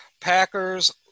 Packers